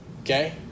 okay